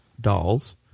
Dolls